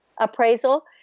appraisal